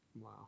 Wow